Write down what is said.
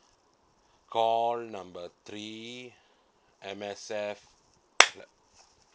call number three M_S_F clap